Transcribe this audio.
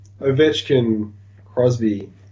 Ovechkin-Crosby